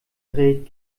dreht